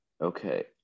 Okay